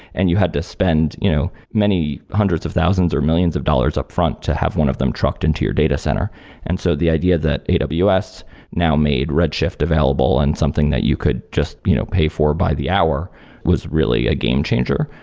and you had to spend you know many hundreds of thousands or millions of dollars upfront to have one of them trucked into your data center and so the idea that aws but now made redshift available and something that you could just you know pay for by the hour was really a game changer.